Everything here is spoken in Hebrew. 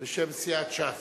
בשם סיעת ש"ס.